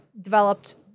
developed